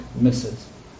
misses